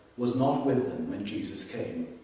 was not with them when jesus came.